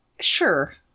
sure